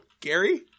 Gary